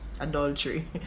Adultery